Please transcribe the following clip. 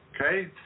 Okay